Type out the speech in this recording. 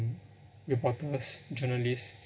reporters journalist